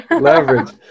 Leverage